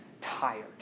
tired